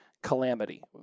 calamity